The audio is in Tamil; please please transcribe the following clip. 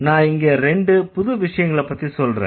நான் இங்க இரண்டு புது விஷயங்களைப் பத்தி சொல்றேன்